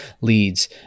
leads